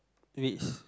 reads